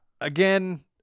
Again